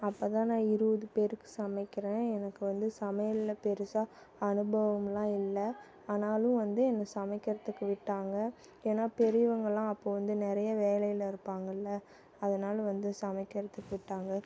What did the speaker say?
அப்போ தான் நான் இருபது பேருக்கு சமைக்கிறேன் எனக்கு வந்து சமையலில் பெரிசா அனுபவமெலாம் இல்லை ஆனாலும் வந்து என்னை சமைக்கிறதுக்கு விட்டாங்க ஏனால் பெரியவங்களாம் அப்போது வந்து நிறைய வேலையில் இருப்பாங்கல்லை அதனால் வந்து சமைக்கிறதுக்கு விட்டாங்க